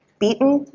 beaten,